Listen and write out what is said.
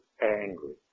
angry